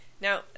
Now